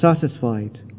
satisfied